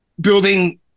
building